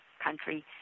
country